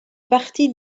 partie